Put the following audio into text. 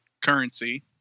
currency